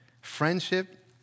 Friendship